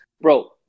Bro